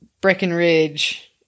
Breckenridge